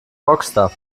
rockstar